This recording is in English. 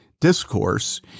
discourse